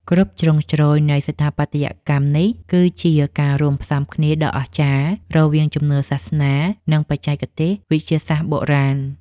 គ្រប់ជ្រុងជ្រោយនៃស្ថាបត្យកម្មនេះគឺជាការរួមផ្សំគ្នាដ៏អស្ចារ្យរវាងជំនឿសាសនា និង បច្ចេកទេសវិទ្យាសាស្ត្របុរាណ។